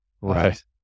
Right